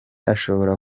ashobora